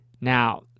Now